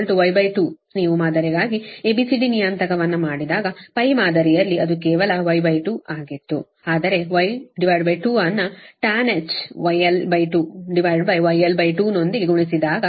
ಮತ್ತು Y12Y2 ನೀವು ಮಾದರಿಗಾಗಿ A B C D ನಿಯತಾಂಕವನ್ನು ಮಾಡಿದಾಗ ಮಾದರಿಯಲ್ಲಿ ಅದು ಕೇವಲ Y2 ಆಗಿತ್ತು ಆದರೆ Y2 ಅನ್ನು tanh γl2 γl2 ನೊಂದಿಗೆ ಗುಣಿಸಿದಾಗ